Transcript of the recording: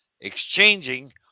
exchanging